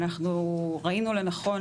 אנחנו ראינו לנכון,